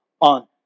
on